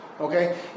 okay